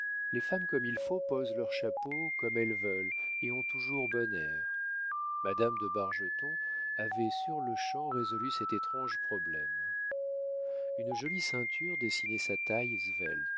les femmes comme il faut posent leurs chapeaux comme elles veulent et ont toujours bon air madame de bargeton avait sur-le-champ résolu cet étrange problème une jolie ceinture dessinait sa taille